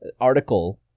article